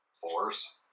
force